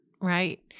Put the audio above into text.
right